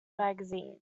magazine